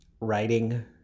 writing